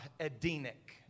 Edenic